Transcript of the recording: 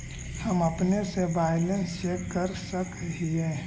हम अपने से बैलेंस चेक कर सक हिए?